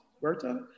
Berta